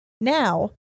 now